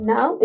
Now